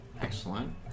Excellent